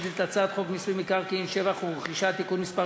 את הצעת חוק מיסוי מקרקעין (שבח ורכישה) (תיקון מס'